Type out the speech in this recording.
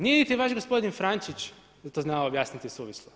Nije niti vaš gospodin Frančić to znao objasniti suvislo.